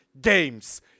games